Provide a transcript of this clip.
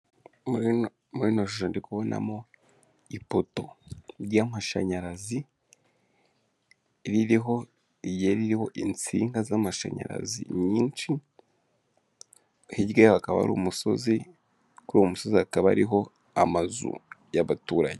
Muri ino shusho ndi kubonamo ipoto ry'amashanyarazi, rigiye ririho insinga z'amashanyarazi nyinshi, hirya yaho hakaba hari umusozi, kuri uwo musozi hakaba hariho amazu y'abaturage.